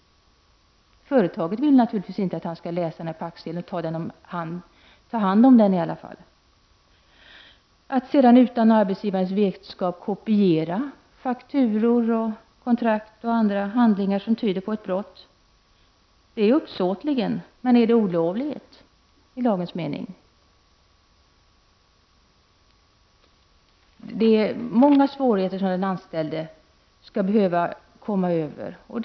Företaget vill naturligtvis inte att han skall ta hand om packsedeln. Det är uppsåtligt att utan arbetsgivarens vetskap kopiera fakturor, kontrakt och andra handlingar som tyder på brottslig verksamhet, men är det olovligt i lagens mening? Det är många svårigheter som den anställde måste övervinna.